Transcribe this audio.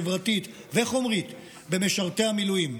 חברתית וחומרית במשרתי המילואים.